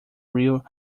real